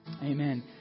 Amen